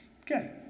okay